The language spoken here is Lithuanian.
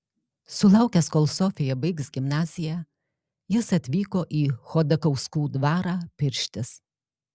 sulaukęs kol sofija baigs gimnaziją jis atvyko į chodakauskų dvarą pirštis